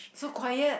so quiet